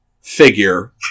figure